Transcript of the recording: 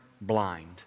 blind